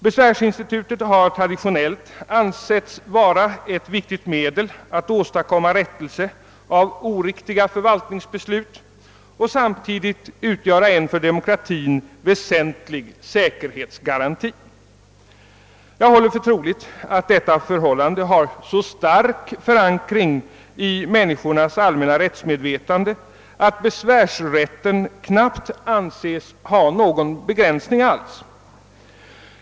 Besvärsinstitutet har traditionellt ansetts vara ett viktigt medel att åstadkomma rättelse av oriktiga förvaltningsbeslut och samtidigt utgöra en för demokratin väsentlig rättssäkerhetsgaranti. Jag håller för troligt att detta förhållande har så stark förankring i människornas allmänna rättsmedvetande, att besvärsrätten knappast anses ha någon begränsning alls.